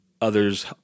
others